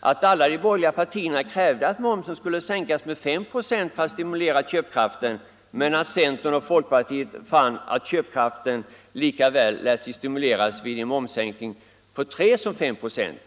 att alla de borgerliga partierna krävde att momsen skulle sänkas med 5 96 för att stimulera köpkraften men att centern och folkpartiet fann att köpkraften lika väl lät sig stimuleras vid en momssänkning på 3 som på 5 96.